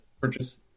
purchase